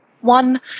one